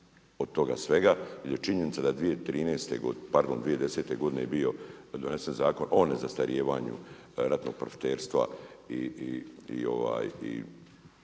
od toga sve jel je činjenica da 2010. godine je bio donesen Zakon o nezastarijevanju ratnog profiterstva i